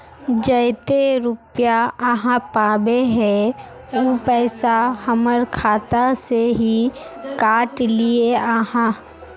जयते रुपया आहाँ पाबे है उ पैसा हमर खाता से हि काट लिये आहाँ?